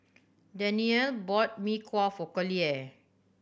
Danyell bought Mee Kuah for Collier